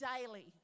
daily